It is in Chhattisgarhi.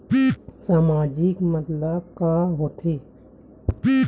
सामाजिक मतलब का होथे?